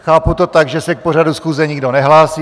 Chápu to tak, že se k pořadu schůze nikdo nehlásí.